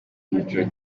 cyiciro